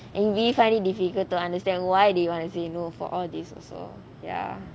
and we find it difficult to understand why do you want to say no for all these also ya